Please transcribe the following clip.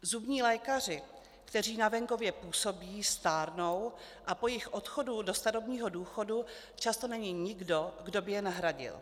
Zubní lékaři, kteří na venkově působí, stárnou a po jejich odchodu do starobního důchodu často není nikdo, kdo by je nahradil.